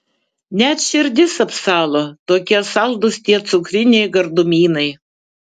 net širdis apsalo tokie saldūs tie cukriniai gardumynai